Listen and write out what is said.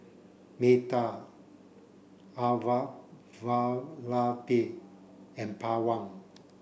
Medha Elattuvalapil and Pawan